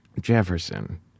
Jefferson